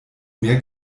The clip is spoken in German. mehr